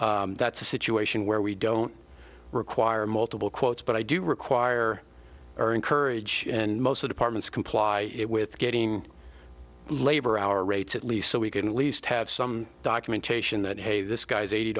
it that's a situation where we don't require multiple quotes but i do require or encourage and most departments comply with getting labor hour rates at least so we can least have some documentation that hey this guy's eighty